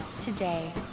today